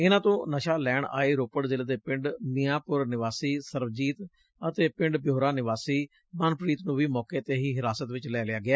ਇਨ੍ਹਾਂ ਤੋਂ ਨਸ਼ਾ ਲੈਣ ਆਏ ਰੋਪੜ ਜ਼ਿਲ੍ਹੇ ਦੇ ਪਿੰਡ ਮਿਆਂਪੁਰ ਨਿਵਾਸੀ ਸਰਵਜੀਤ ਅਤੇ ਪਿੰਡ ਭਿਓਰਾ ਨਿਵਾਸੀ ਮਨਪ੍ਰੀਤ ਨੂੰ ਵੀ ਮੌਕੇ ਤੇ ਹੀ ਹਿਰਾਸਤ ਚ ਲੈ ਲਿਆ ਗਿਆ